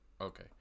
Okay